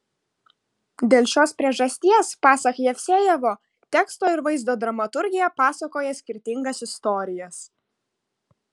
dėl šios priežasties pasak jevsejevo teksto ir vaizdo dramaturgija pasakoja skirtingas istorijas